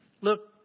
Look